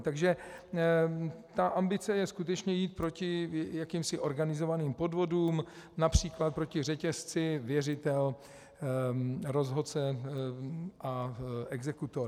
Takže ambice je skutečně jít proti jakýmsi organizovaným podvodům, například proti řetězci věřitelrozhodceexekutor.